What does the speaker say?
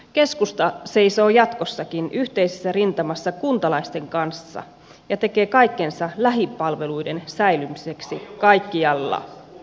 keskusta seisoo jatkossakin yhteisessä rintamassa kuntalaisten kanssa ja tekee kaikkensa lähipalveluiden säilymiseksi kaikkialla